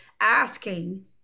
asking